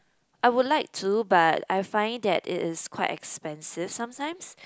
I would like to but I find that it is quite expensive sometimes